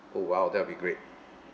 oh !wow! that'll be great